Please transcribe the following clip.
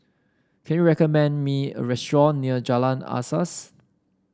can you recommend me a restaurant near Jalan Asas